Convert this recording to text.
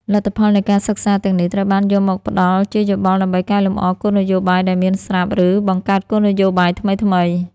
លទ្ធផលនៃការសិក្សាទាំងនេះ ត្រូវបានយកមកផ្តល់ជាយោបល់ដើម្បីកែលម្អគោលនយោបាយដែលមានស្រាប់ ឬបង្កើតគោលនយោបាយថ្មីៗ។